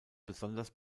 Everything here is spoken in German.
besonders